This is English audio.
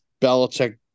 belichick